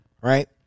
right